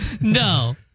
No